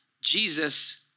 Jesus